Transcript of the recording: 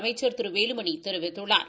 அமைச்சா் திரு வேலுமணி தெரிவித்துள்ளார்